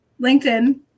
linkedin